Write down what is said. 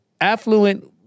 affluent